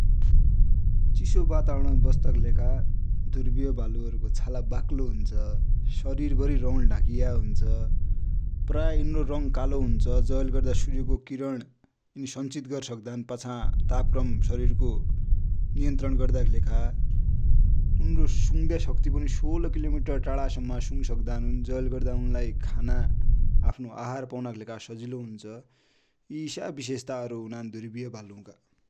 चिसो वातावणर माइ बस्ता कि लेखा ध्रुविय भालु हरु को छाला बाक्लो हुन्छ। शरिर भरि रौ ले ढाकिएको हुन्छ । प्राय इनरो रङ कालो हुन्छ जैले गर्दा सुर्य को किरण यिनि सन्चित गर्सक्दान, पछा सरिर को तापक्रम नियन्त्रण गर्दाकि लेखा। यिनरो सुङ्ने सक्ति पनि सोर किलोमिटर टाढा सम्म सुङ सक्दान जैले गर्दा उनलाइ खाना आफ्नो आहार पौनाकि सजिलो हुन्छ, यि यसा बिसेसता हुनान ध्रुविय भालु हरु का ।